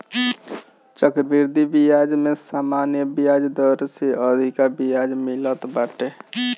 चक्रवृद्धि बियाज में सामान्य बियाज दर से अधिका बियाज मिलत बाटे